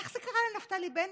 איך זה קרה לנפתלי בנט?